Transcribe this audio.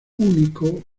único